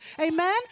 Amen